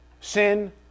sin